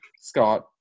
Scott